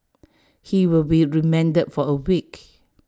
he will be remanded for A week